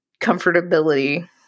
comfortability